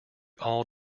all